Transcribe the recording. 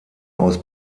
aus